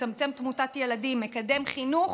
מצמצם תמותת ילדים ומקדם חינוך